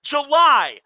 July